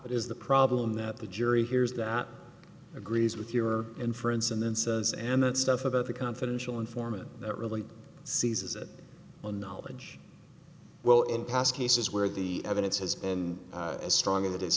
but is the problem that the jury hears that agrees with your inference and then says and that stuff about the confidential informant that really seizes it on knowledge well in past cases where the evidence has been as strong as it is